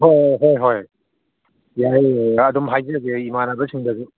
ꯍꯣꯏ ꯍꯣꯏ ꯍꯣꯏ ꯌꯥꯏꯌꯦ ꯑꯗꯨꯝ ꯍꯥꯏꯖꯒꯦ ꯏꯃꯥꯟꯅꯕꯁꯤꯡꯗꯁꯨ